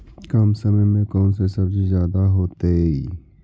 कम समय में कौन से सब्जी ज्यादा होतेई?